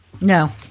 No